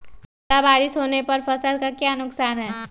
ज्यादा बारिस होने पर फसल का क्या नुकसान है?